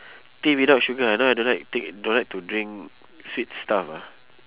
tea without sugar ah no I don't like ti~ don't like to drink sweet stuff ah